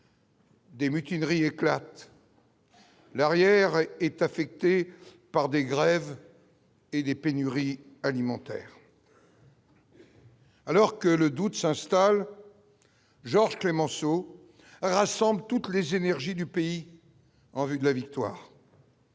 Des mutineries éclate. L'arrière est affecté par des grèves et des pénuries alimentaires. Alors que le doute s'installe, Georges Clémenceau rassemble toutes les énergies du pays en vue de la victoire.